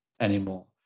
anymore